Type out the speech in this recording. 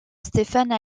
stéphane